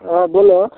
हँ बोलऽ